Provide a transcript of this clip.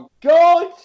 God